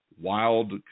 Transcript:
wild